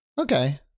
Okay